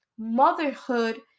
motherhood